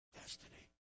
destiny